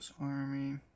Army